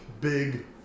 Big